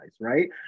right